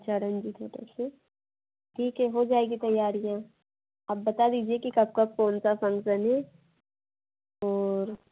ठीक है हो जाएगी तैयारियां आप बता दीजिए कि कब कब कौन सा फंक्शन है और